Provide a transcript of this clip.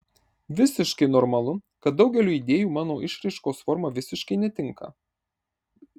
visiškai normalu kad daugeliui idėjų mano išraiškos forma visiškai netinka